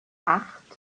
acht